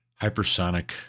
hypersonic